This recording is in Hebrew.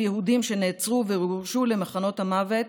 יהודים שנעצרו וגורשו למחנות המוות.